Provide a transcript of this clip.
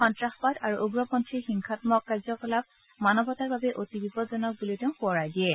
সন্তাসবাদ আৰু উগ্ৰপন্থীৰ হিংসামক কাৰ্যকলাপ মানৱতাৰ বাবে অতি বিপদজনক বুলি তেওঁ সোঁৱৰাই দিয়ে